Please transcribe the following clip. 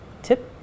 Tip